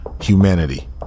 humanity